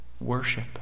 Worship